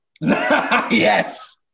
Yes